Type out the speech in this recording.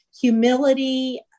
humility